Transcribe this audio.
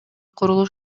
курулуш